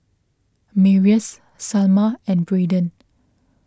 Marius Salma and Braiden